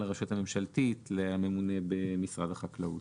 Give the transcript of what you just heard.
הרשות הממשלתית לממונה במשרד החקלאות.